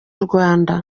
rwanda